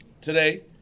today